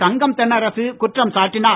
தங்கம் தென்னரசு குற்றம் சாட்டினார்